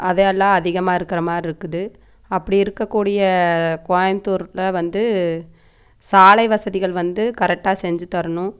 அதை எல்லாம் அதிகமாக இருக்கிற மாதிரி இருக்குது அப்படி இருக்ககூடிய கோயம்புத்தூரில் வந்து சாலை வசதிகள் வந்து கரெக்டாக செஞ்சித்தரணும்